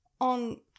on